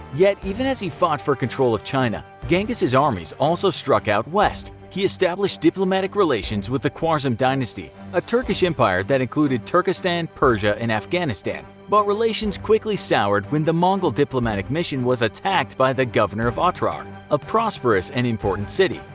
yet even as he fought for control of china, genghis' armies also struck out west. he established diplomatic relations with the khwarizm dynasty, a turkish empire that included turkestan, persia, and afghanistan, but relations quickly soured when the mongol diplomatic mission was attacked by the governor of otrar, a prosperous and important city.